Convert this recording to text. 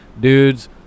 dudes